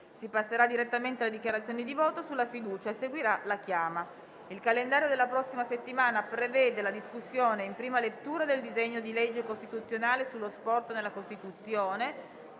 Si passerà direttamente alle dichiarazioni di voto sulla fiducia. Seguirà la chiama. Il calendario della prossima settimana prevede la discussione in prima lettura del disegno di legge costituzionale sullo sport nella Costituzione